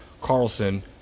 Carlson